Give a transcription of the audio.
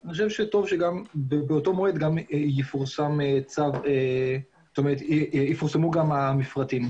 אני חושב שטוב שגם באותו מועד יפורסמו גם המפרטים.